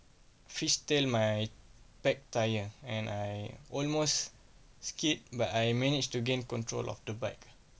free still my back tyre and I almost skid but I managed to gain control of the bike